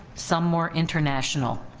some more international.